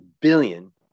billion